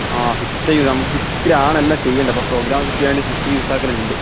ആ system use നമുക്ക് സിസ്റ്റത്തിലാണെല്ലാം ചെയ്യേണ്ടത് അപ്പോൾ പ്രോഗ്രാമൊക്കെ ചെയ്യാൻവേണ്ടി സിസ്റ്റം യൂസ് ആക്കലുണ്ട്